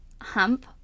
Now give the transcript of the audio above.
hump